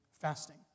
fasting